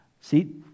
See